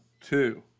two